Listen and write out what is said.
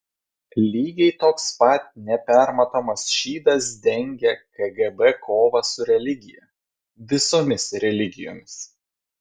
lygiai toks pat nepermatomas šydas dengia kgb kovą su religija visomis religijomis